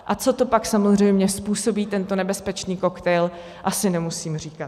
A co to pak samozřejmě způsobí, tento nebezpečný koktejl, asi nemusím říkat.